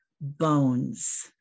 bones